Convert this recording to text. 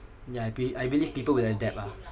ya I belie~ I believe will adapt ah